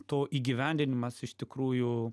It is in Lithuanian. to įgyvendinimas iš tikrųjų